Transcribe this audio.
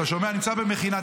נמצא במכינה,